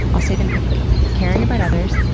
i'll say them quickly caring about others,